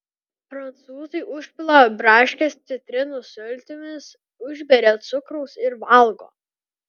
prancūzai užpila braškes citrinų sultimis užberia cukraus ir valgo